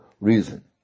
reason